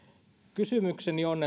kysymykseni on